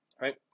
right